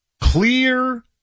clear